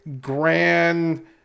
grand